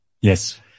Yes